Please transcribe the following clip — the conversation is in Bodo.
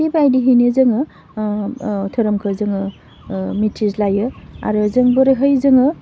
बेबायदिनो जोङो ओह ओह धोरोमखौ जोङो ओह मिथिज्लायो आरो जों बोरैहाय जोङो